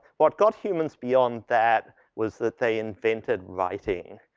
what got humans beyond that, was that they invented writing.